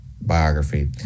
biography